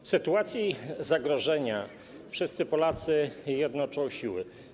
W sytuacji zagrożenia wszyscy Polacy jednoczą siły.